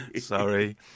sorry